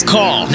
Call